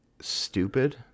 stupid